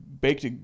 baked